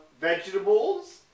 vegetables